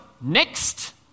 next